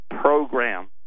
program